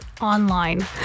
online